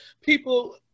people